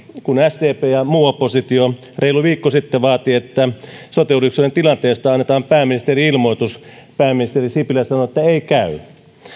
kun sdp ja muu oppositio reilu viikko sitten vaati että sote uudistuksen tilanteesta annetaan pääministerin ilmoitus pääministeri sipilä sanoi että ei käy